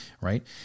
right